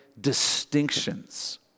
distinctions